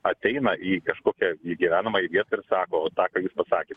ateina į kažkokią į gyvenamąją vietą ir sako tą ką jūs pasakėt